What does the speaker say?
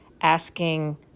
asking